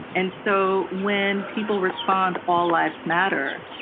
and so when people respond all lives matter,